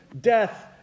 death